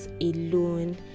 alone